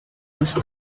used